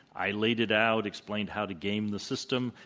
i laid it out, explained how to game the system.